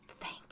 Thank